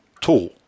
Tool